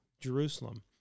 Jerusalem